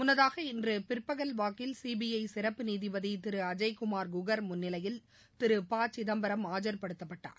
முன்னதாக இன்று பிற்பகல் வாக்கில் சிபிஐ சிறப்பு நீதிபதி திரு அஜய்குமார் குகர் முன்னிலையில் திரு ப சிதம்பரம் ஆஜர்படுத்தப்பட்டார்